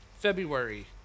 February